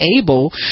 able